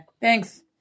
Thanks